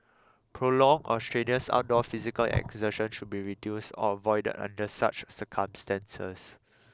prolonged or strenuous outdoor physical exertion should be reduced or avoided under such circumstances